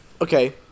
Okay